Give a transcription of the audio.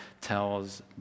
tells